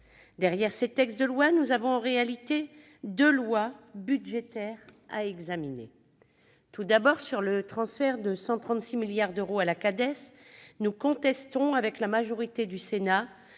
Derrière ces textes de loi, nous avons en réalité deux lois budgétaires à examiner. Tout d'abord, sur le transfert de 136 milliards d'euros à la Cades, nous contestons, avec la majorité du Sénat,